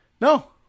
No